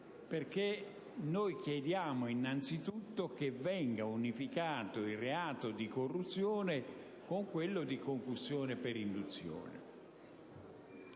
infatti, chiediamo che innanzitutto venga unificato il reato di corruzione con quello di concussione per induzione.